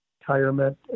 retirement